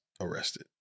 arrested